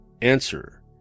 answer